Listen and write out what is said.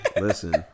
Listen